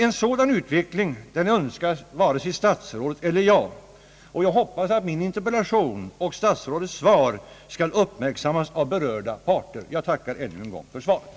En sådan utveckling önskar varken statsrådet eller jag, och jag hoppas att min interpellation och statsrådets svar skall uppmärksammas av berörda parter. Jag tackar än en gång för svaret.